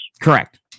correct